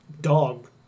Dog